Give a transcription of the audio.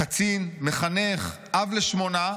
קצין, מחנך, אב לשמונה,